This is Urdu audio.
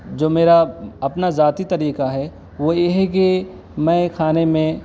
جو میرا اپنا ذاتی طریقہ ہے وہ یہ ہے کہ میں کھانے میں